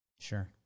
Sure